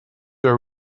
are